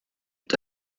est